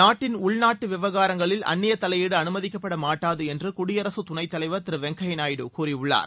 நாட்டின் உள்நாட்டு விவகாரங்களில் அந்நிய தலையீடு அனுமதிக்கப்பட மாட்டாது என்று குடியரசுத்துணைத்தலைவர் திரு வெங்கப்யா நாயுடு கூறியுள்ளார்